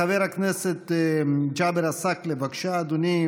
חבר הכנסת ג'אבר עסאקלה, בבקשה, אדוני.